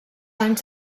anys